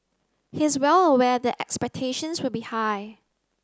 he is well aware that expectations will be high